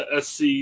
SC